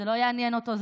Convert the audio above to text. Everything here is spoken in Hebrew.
וזה לא יעניין אותו,